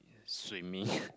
swimming